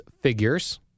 figures